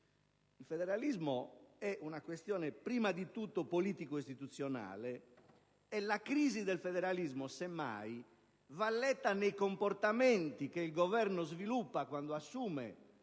Il federalismo è una questione prima di tutto politico-istituzionale e la crisi del federalismo semmai va letta nei comportamenti che il Governo sviluppa quando nella